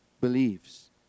believes